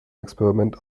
experiment